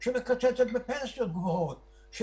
ממשלה שמקצצת בפנסיות גבוהות,